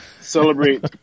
celebrate